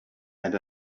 and